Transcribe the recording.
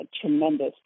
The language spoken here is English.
tremendous